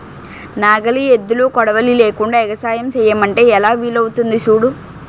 నాగలి, ఎద్దులు, కొడవలి లేకుండ ఎగసాయం సెయ్యమంటే ఎలా వీలవుతాది సూడు